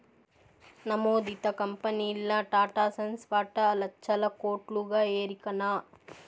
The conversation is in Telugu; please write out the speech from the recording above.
నమోదిత కంపెనీల్ల టాటాసన్స్ వాటా లచ్చల కోట్లుగా ఎరికనా